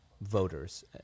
voters